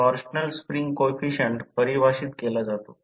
4 ampere पेक्षा जास्त आहे